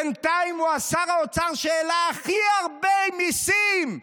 בינתיים הוא שר האוצר שהעלה הכי הרבה מיסים.